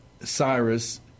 Cyrus